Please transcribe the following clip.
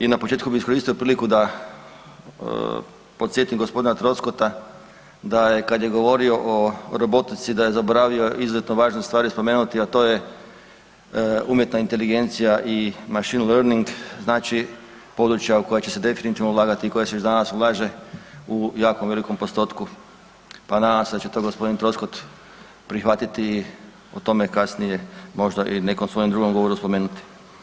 I na početku bih iskoristio priliku da podsjetim g. Troskota da je kad je govorio o robotici, da je zaboravio izuzetno važne stvari spomenuti, a to je umjetna inteligencija i machine learning, znači područja u koja će se definitivno ulagati i koja se već danas ulaže u jako velikom postotku pa nadam se da će to g. Troskot prihvatiti i o tome kasnije možda i nekom svojem drugom govoru spomenuti.